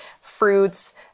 fruits